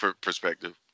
perspective